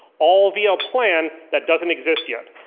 all via plan that doesn't exist yet.